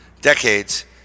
decades